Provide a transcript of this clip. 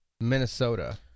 Minnesota